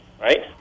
right